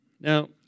Now